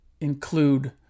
include